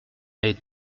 mais